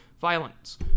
violence